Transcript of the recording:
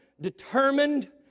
determined